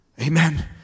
Amen